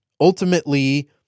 ultimately